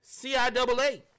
CIAA